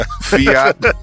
Fiat